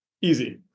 Easy